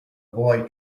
boy